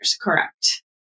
Correct